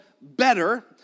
Better